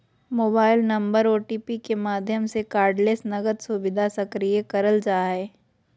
mobile number OTP के माध्यम से कार्डलेस नकद सुविधा सक्रिय करल जा हय